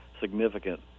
significant